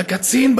על הקצין,